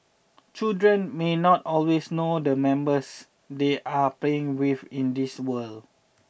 children may not always know the members they are playing with in these worlds